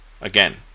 Again